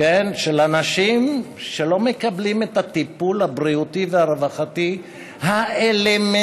של אנשים שלא מקבלים את הטיפול הבריאותי והרווחתי האלמנטרי.